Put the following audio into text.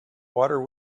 water